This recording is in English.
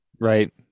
right